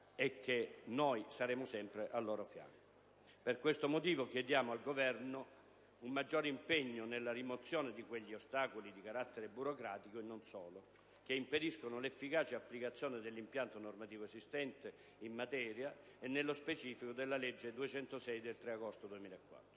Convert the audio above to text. e che noi saremo sempre al loro fianco. Per questo motivo chiediamo al Governo un maggior impegno nella rimozione dì tutti quegli ostacoli di carattere burocratico e non solo, che impediscono l'efficace applicazione dell'impianto normativo esistente in materia, e, nello specifico, della legge 3 agosto 2004,